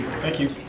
thank you.